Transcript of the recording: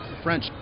French